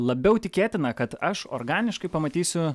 labiau tikėtina kad aš organiškai pamatysiu